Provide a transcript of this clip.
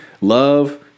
love